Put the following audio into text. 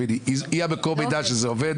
היא מקור המידע שזה עובד.